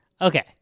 Okay